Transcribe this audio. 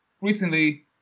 recently